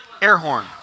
Airhorn